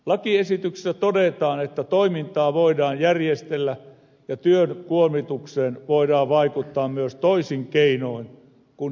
lakiesityksessä todetaan että toimintaa voidaan järjestellä ja työn kuormitukseen voidaan vaikuttaa myös toisin keinoin kuin henkilöstöä lisäämällä